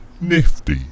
nifty